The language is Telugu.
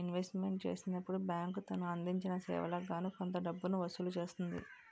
ఇన్వెస్ట్మెంట్ చేసినప్పుడు బ్యాంక్ తను అందించిన సేవలకు గాను కొంత డబ్బును వసూలు చేస్తుంది